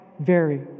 vary